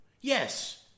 Yes